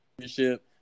championship